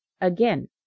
Again